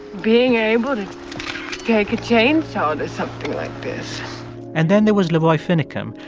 being able to take a chainsaw to something like this and then there was lavoy finicum,